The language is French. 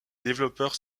développeurs